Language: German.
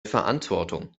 verantwortung